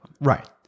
Right